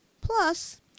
Plus